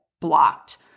blocked